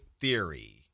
theory –